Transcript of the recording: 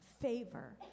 favor